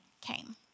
came